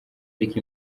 ariko